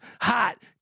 hot